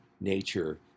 nature